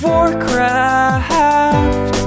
Warcraft